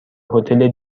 هتل